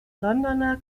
londoner